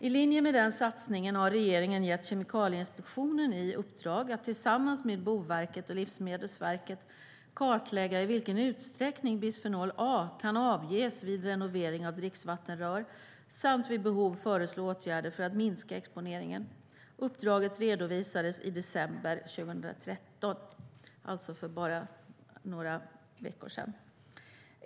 I linje med den satsningen har regeringen gett Kemikalieinspektionen i uppdrag att, tillsammans med Boverket och Livsmedelsverket, kartlägga i vilken utsträckning bisfenol A kan avges vid renovering av dricksvattenrör samt vid behov föreslå åtgärder för att minska exponeringen. Uppdraget redovisades i december 2013, alltså för bara några veckor sedan.